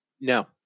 No